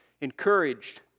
encouraged